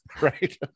right